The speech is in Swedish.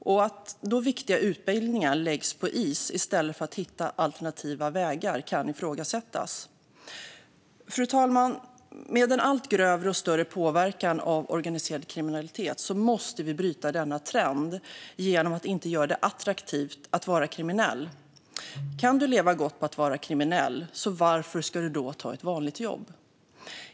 Att man då lägger viktiga utbildningar på is i stället för att hitta alternativa vägar kan ifrågasättas. Fru talman! Med den allt grövre och större påverkan av organiserad kriminalitet måste vi bryta denna trend genom att inte göra det attraktivt att vara kriminell. Om man kan leva gott på att vara kriminell, varför ska man då ta ett vanligt jobb?